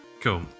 cool